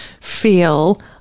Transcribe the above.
feel